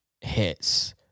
hits